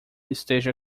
esteja